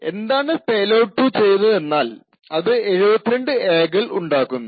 എന്താണ് പേലോഡ് 2 ചെയ്യുന്നത് എന്നാൽ അത് 72 A കൾ ഉണ്ടാക്കുന്നു